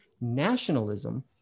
nationalism